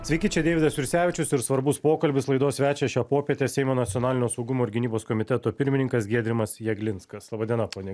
sveiki čia deividas jursevičius ir svarbus pokalbis laidos svečias šią popietę seimo nacionalinio saugumo ir gynybos komiteto pirmininkas giedrimas jeglinskas laba diena pone